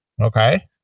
Okay